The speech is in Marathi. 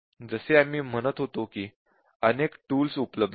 जसे आम्ही म्हणत होतो की अनेक टूल्स उपलब्ध आहेत